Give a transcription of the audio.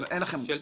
של המתחרים?